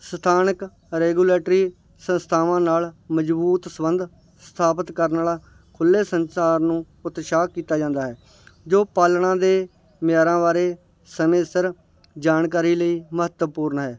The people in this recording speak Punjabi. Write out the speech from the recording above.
ਸਥਾਨਕ ਰੈਗੂਲੇਟਰੀ ਸੰਸਥਾਵਾਂ ਨਾਲ ਮਜਬੂਤ ਸੰਬੰਧ ਸਥਾਪਿਤ ਕਰਨ ਵਾਲਾ ਖੁੱਲ੍ਹੇ ਸੰਸਾਰ ਨੂੰ ਉਤਸ਼ਾਹ ਕੀਤਾ ਜਾਂਦਾ ਹੈ ਜੋ ਪਾਲਣਾ ਦੇ ਮਿਆਰਾਂ ਬਾਰੇ ਸਮੇਂ ਸਿਰ ਜਾਣਕਾਰੀ ਲਈ ਮਹੱਤਵਪੂਰਨ ਹੈ